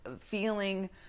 feeling